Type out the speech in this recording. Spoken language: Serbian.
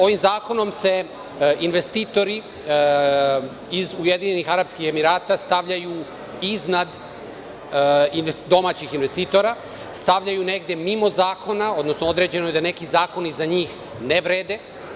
Ovim zakonom se investitori iz Ujedinjenih Arapskih Emirata stavljaju iznad domaćih investitora, stavljaju negde mimo zakona, odnosno, određeno je da neki zakoni za njih ne vrede.